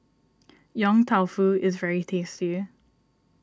Yong Tau Foo is very tasty